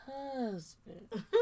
husband